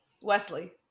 Wesley